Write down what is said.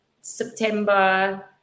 September